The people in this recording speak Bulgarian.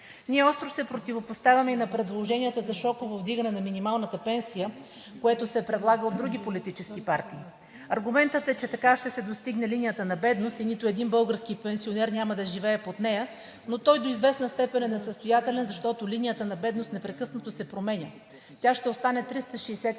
Ние остро се противопоставяме и на предложенията за шоково вдигане на минималната пенсия, което се предлага от други политически партии. Аргументът е, че така ще се достигне линията на бедност и нито един български пенсионер няма да живее под нея, но той до известна степен е несъстоятелен, защото линията на бедност непрекъснато се променя. Тя ще остане 369 лв.